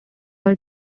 are